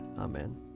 Amen